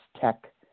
tech